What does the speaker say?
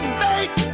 make